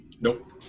Nope